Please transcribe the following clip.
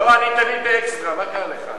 לא, אני מבין, מה קרה לך?